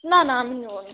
না না আমি নেবো না